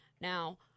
now